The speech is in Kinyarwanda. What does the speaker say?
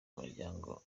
umuryango